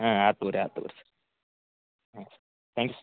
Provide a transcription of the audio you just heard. ಹಾಂ ಆಯ್ತ್ ತೊಗೊಳಿ ಆಯ್ತ್ ತೊಗೊಳಿ ಹಾಂ ತ್ಯಾಂಕ್ಸ್